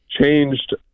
changed